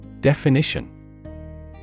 Definition